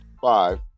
five